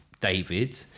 David